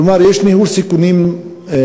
זאת אומרת, יש ניהול סיכונים מתאים.